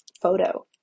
photo